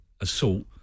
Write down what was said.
assault